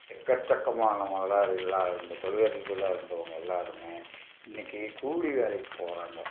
எக்கச்சக்கமான முதலாளிகளா இருந்து தொழிலதிபர்களா இருந்தவங்க எல்லோருமே இன்றைக்கு கூலி வேலைக்குப் போகிறாங்க